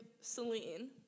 Celine